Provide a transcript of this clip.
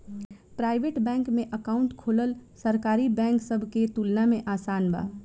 private bank में account खोलल सरकारी बैंक सब के तुलना में आसान बा